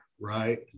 right